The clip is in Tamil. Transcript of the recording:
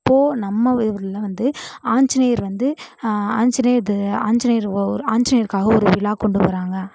இப்போது நம்ம ஊர்ல வந்து ஆஞ்சநேயர் வந்து ஆஞ்சநேயர் ஆஞ்சநேயர் ஒரு ஆஞ்சிநேயருக்காக ஒரு விழா கொண்டுவராங்க